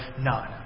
None